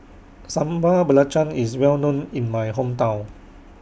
Sambal Belacan IS Well known in My Hometown